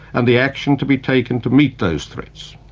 and the action to be taken to meet those threats.